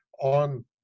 on